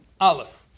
Aleph